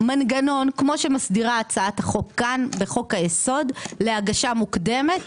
מנגנון כמו שמסדירה הצעת החוק כאן בחוק-היסוד להגשה מוקדמת,